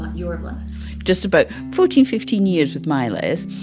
your les just about fourteen, fifteen years with my les,